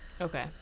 Okay